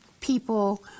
people